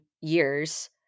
years